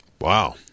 Wow